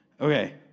Okay